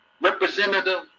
Representative